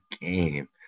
game